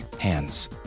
hands